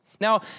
Now